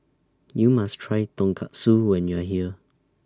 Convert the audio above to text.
YOU must Try Tonkatsu when YOU Are here